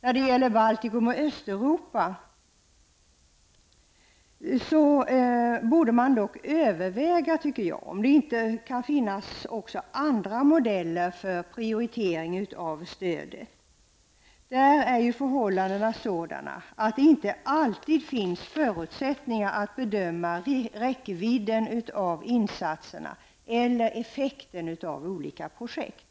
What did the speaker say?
Beträffande Baltikum och Östeuropa borde man dock överväga, tycker jag, om det inte kan finnas också andra modeller för prioriteringen av det här stödet. I nämnda områden är ju förhållandena sådana att det inte alltid finns förutsättningar att bedöma räckvidden av gjorda insatser eller effekten av olika projekt.